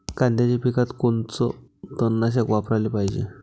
कांद्याच्या पिकात कोनचं तननाशक वापराले पायजे?